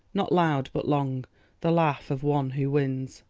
not loud but long the laugh of one who wins.